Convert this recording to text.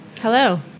Hello